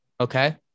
Okay